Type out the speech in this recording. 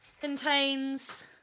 contains